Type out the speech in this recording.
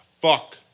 fuck